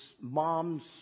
mom's